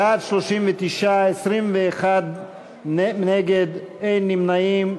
בעד, 39, 21 נגד, אין נמנעים.